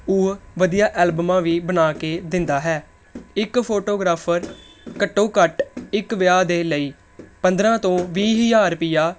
ਉਹ ਵਧੀਆ ਐਲਬਮਾਂ ਵੀ ਬਣਾ ਕੇ ਦਿੰਦਾ ਹੈ ਇੱਕ ਫੋਟੋਗ੍ਰਾਫ਼ਰ ਘੱਟੋ ਘੱਟ ਇੱਕ ਵਿਆਹ ਦੇ ਲਈ ਪੰਦਰ੍ਹਾਂ ਤੋਂ ਵੀਹ ਹਜ਼ਾਰ ਰੁਪਈਆ